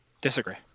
Disagree